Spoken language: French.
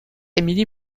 emily